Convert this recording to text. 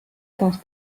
taas